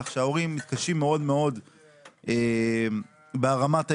כך שההורים מתקשים מאוד בהרמת הילד,